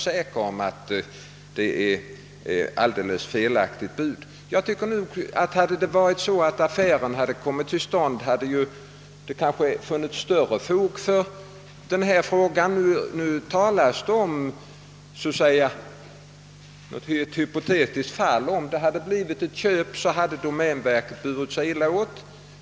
säker på att budet är alldeles felaktigt! Om affären hade kommit till stånd hade det kanske funnits större fog för denna fråga. Nu talas det om ett så att säga hypotetiskt fall — »om det hade blivit ett köp hade domänverket burit sig illa åt».